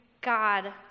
God